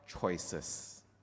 choices